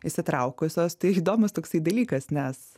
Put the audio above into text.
įsitraukusios tai įdomus toksai dalykas nes